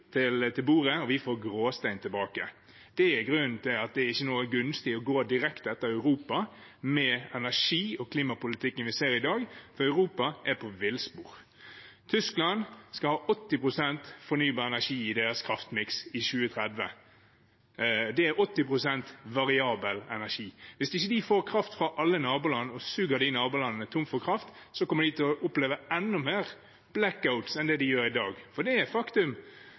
til bordet, og vi får gråstein tilbake. Det er grunnen til at det ikke er noe gunstig å gå direkte etter Europa med energi- og klimapolitikken vi ser i dag, for Europa er på villspor. Tyskland skal ha 80 pst. fornybar energi i sin kraftmiks i 2030. Det er 80 pst. variabel energi. Hvis de ikke får kraft fra alle naboland, og suger de nabolandene tomme for kraft, kommer de til å oppleve enda mer blackout enn det de gjør i dag. For det er et faktum: